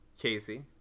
Casey